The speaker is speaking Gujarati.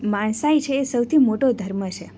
માણસાઈ છે એ સૌથી મોટો ધર્મ છે